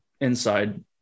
inside